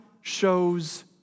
shows